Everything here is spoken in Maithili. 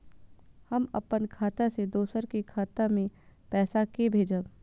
हम अपन खाता से दोसर के खाता मे पैसा के भेजब?